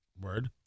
word